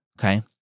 Okay